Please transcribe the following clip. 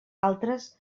altres